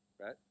Right